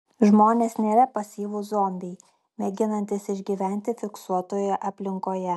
žmonės nėra pasyvūs zombiai mėginantys išgyventi fiksuotoje aplinkoje